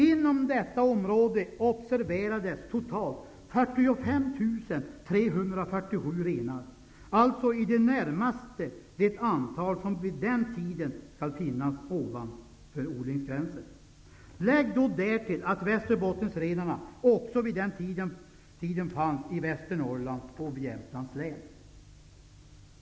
Inom detta område observerades totalt 45 347 renar, alltså i det närmaste det antal som vid den tiden skall finnas ovanför odlingsgränsen. Lägg då därtill att Västerbottensrenarna också vid den tiden finns i Västernorrlands och Jämtlands län.